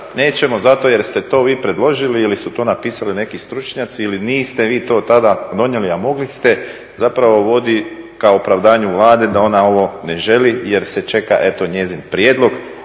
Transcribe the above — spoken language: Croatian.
nećemo zato jer ste to vi predložili ili su to napisali neki stručnjaci ili niste vi to tada donijeli, a mogli ste zapravo vodi ka opravdanju Vlade da ona ovo ne želi, jer se čeka eto njezin prijedlog,